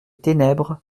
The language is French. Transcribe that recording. ténèbres